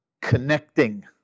connecting